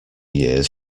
years